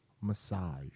massage